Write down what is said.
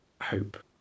hope